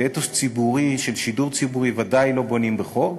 ואתוס ציבורי של שידור ציבורי ודאי לא בונים בחוק.